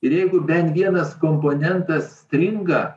ir jeigu bent vienas komponentas stringa